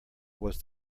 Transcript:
was